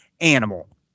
animal